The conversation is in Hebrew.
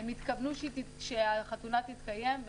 הם התכוונו שהחתונה תתקיים,